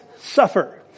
suffer